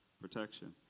protection